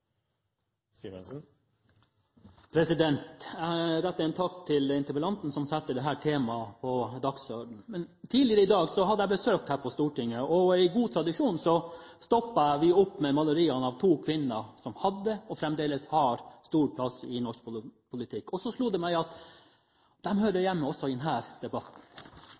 det. Jeg vil rette en takk til interpellanten, som satte dette temaet på dagsordenen. Tidligere i dag hadde jeg besøk her på Stortinget, og i god tradisjon stoppet vi opp ved maleriene av to kvinner som hadde, og fremdeles har, en stor plass i norsk politikk. Så slo det meg at de hører hjemme også i denne debatten. At Kirsti Kolle Grøndahl den